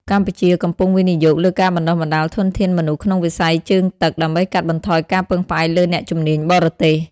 កម្ពុជាកំពុងវិនិយោគលើការបណ្តុះបណ្តាលធនធានមនុស្សក្នុងវិស័យជើងទឹក ដើម្បីកាត់បន្ថយការពឹងផ្អែកលើអ្នកជំនាញបរទេស។